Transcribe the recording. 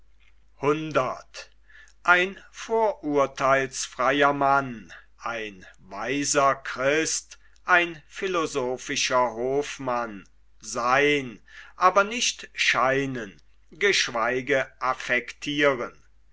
ein weiser christ ein philosophischer hofmann seyn aber nicht scheinen geschweige affektiren